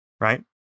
right